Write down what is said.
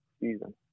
season